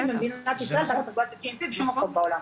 במדינת ישראל תחת תקינת ה-gmp בשום מקום בעולם.